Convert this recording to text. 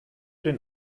den